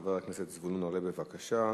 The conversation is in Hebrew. חבר הכנסת זבולון אורלב, בבקשה,